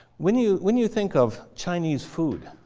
when you when you think of chinese food,